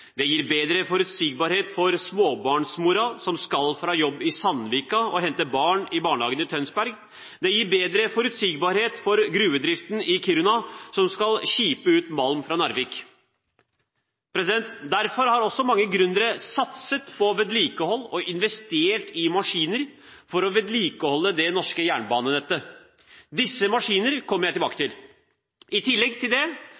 Det gir bedre forutsigbarhet for småbarnsmoren som skal fra jobb i Sandvika og hente barn i barnehagen i Tønsberg. Det gir bedre forutsigbarhet for gruvedriften i Kiruna, som skal skipe ut malm fra Narvik. Derfor har også mange gründere satset på vedlikehold og investert i maskiner for å vedlikeholde det norske jernbanenettet. Disse maskinene kommer jeg tilbake til. I tillegg til det